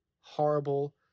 horrible